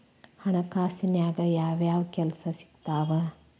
ಹಣಕಾಸಿನ್ಯಾಗ ಯಾವ್ಯಾವ್ ಕೆಲ್ಸ ಸಿಕ್ತಾವ